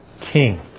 king